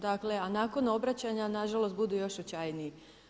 Dakle a nakon obraćanja nažalost budu još očajniji.